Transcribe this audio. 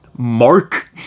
mark